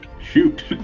shoot